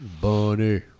Bunny